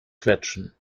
quetschen